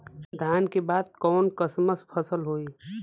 धान के बाद कऊन कसमक फसल होई?